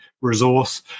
resource